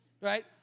right